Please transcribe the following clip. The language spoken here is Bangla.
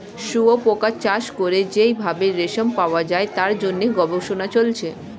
শুয়োপোকা চাষ করে যেই ভাবে রেশম পাওয়া যায় তার জন্য গবেষণা চলছে